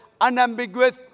unambiguous